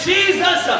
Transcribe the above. Jesus